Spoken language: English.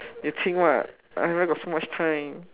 you think what I where got so much time